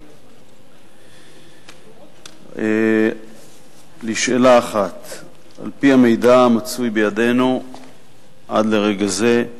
1. על-פי המידע המצוי בידינו עד לרגע זה,